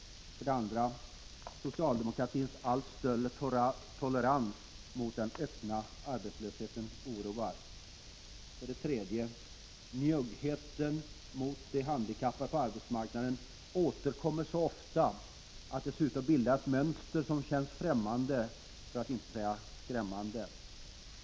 2. Socialdemokratins allt större tolerans mot den öppna arbetslösheten oroar. 3. Njuggheten mot de handikappade på arbetsmarknaden återkommer så ofta att den ser ut att bilda ett mönster som känns främmande, för att inte säga skrämmande.